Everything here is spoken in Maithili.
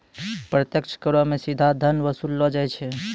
प्रत्यक्ष करो मे सीधा धन वसूललो जाय छै